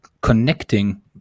connecting